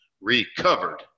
recovered